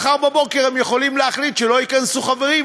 מחר בבוקר הם יכולים להחליט שלא ייכנסו חברים,